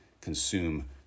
consume